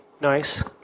nice